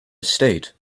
estate